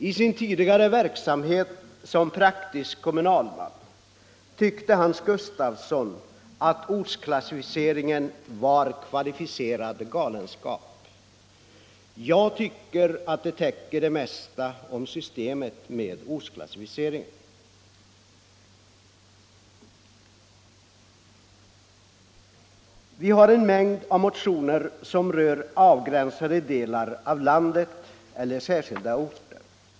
I sin tidigare verksamhet som praktisk kommunalman tyckte Hans Gustafsson att ortsklassificeringen kall på ärför var kvalificerad galenskap. Jag tycker att det omdömet täcker det mesta i fråga om systemet med ortsklassificeringen. Vi har en mängd motioner som rör avgränsade delar av landet eller särskilda orter.